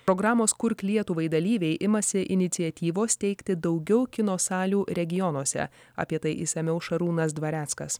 programos kurk lietuvai dalyviai imasi iniciatyvos steigti daugiau kino salių regionuose apie tai išsamiau šarūnas dvareckas